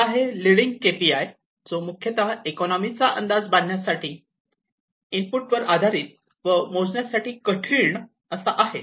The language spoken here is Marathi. पहिला आहे लीडिंग केपीआय जो मुख्यतः इकॉनोमी चा अंदाज बांधण्यासाठी इनपुट वर आधारित व मोजण्यासाठी कठीण असा आहे